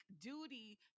duty